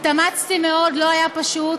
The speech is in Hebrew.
התאמצתי מאוד, לא היה פשוט,